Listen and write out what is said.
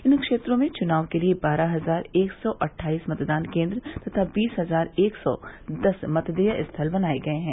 इन क्षेत्रों में च्नाव के लिये बारह हजार एक सौ अट्ठाईस मतदान केन्द्र तथा बीस हजार एक सौ दस मतदेय स्थल बनाये गये हैं